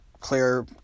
clear